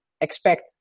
expect